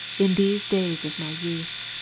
in these days of my youth,